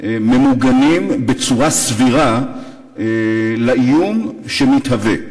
ממוגנים בצורה סבירה בפני האיום שמתהווה.